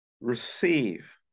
receive